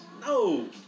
No